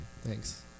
Thanks